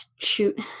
Shoot